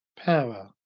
power